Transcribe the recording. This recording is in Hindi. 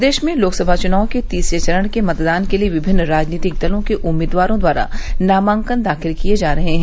प्रदेश में लोकसभा चुनाव के तीसरे चरण के मतदान के लिये विभिन्न राजनीतिक दलों के उम्मीदवारों द्वारा नामांकन दाखिल किये जा रहे हैं